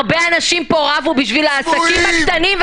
הרבה אנשים פה רבו בשביל העסקים הקטנים,